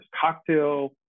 cocktail